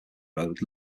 road